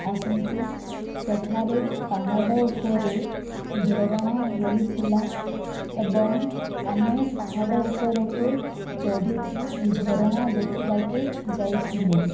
ଆସନ୍ତି ସେଠାରେ ପାହାଡ଼ ଉପରେ ଝରଣା ରହିଥିଲା ଏବଂ ଆମେ ପାହାଡ଼ ଉପରକୁ ଚଢ଼ିକି ଝରଣା ଦେଖିବାକୁ ଯାଇଥିଲୁ